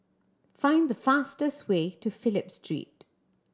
find the fastest way to Phillip Street